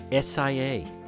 SIA